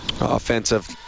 offensive